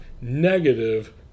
negative